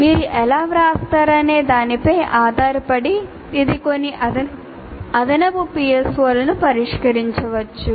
మీరు ఎలా వ్రాస్తారనే దానిపై ఆధారపడి ఇది కొన్ని అదనపు PSO లను పరిష్కరించవచ్చు